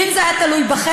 כי אם זה היה תלוי בכם,